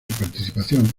participación